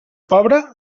pobre